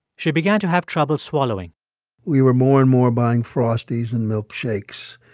she began to have trouble swallowing we were more and more buying frosties and milkshakes,